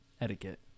etiquette